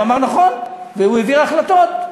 הוא אמר: נכון, והעביר החלטות.